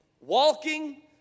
walking